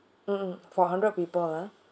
mmhmm for hundred people ah